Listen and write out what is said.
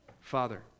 Father